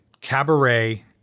Cabaret